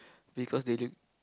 because they look